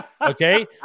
Okay